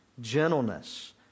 gentleness